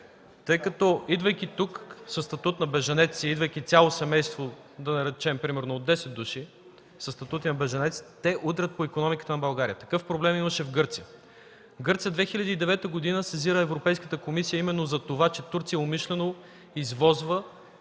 Тъй като, идвайки тук със статут на бежанец и идвайки цяло семейство, да речем примерно от десет души, със статут на бежанец, те удрят по икономиката на България. Такъв проблем имаше в Гърция. Гърция 2009 г. сезира Европейската комисия именно за това, че Турция умишлено извозва